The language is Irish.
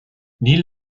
níl